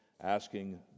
asking